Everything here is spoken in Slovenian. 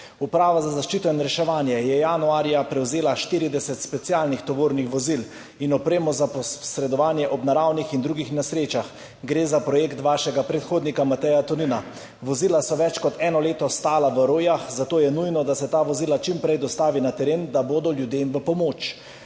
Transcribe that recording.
Uprava za zaščito in reševanje je januarja prevzela 40 specialnih tovornih vozil in opremo za posredovanje ob naravnih in drugih nesrečah. Gre za projekt vašega predhodnika Mateja Tonina. Vozila so več kot eno leto stala na Rojah, zato je nujno, da se ta vozila čim prej dostavi na teren, da bodo ljudem v pomoč.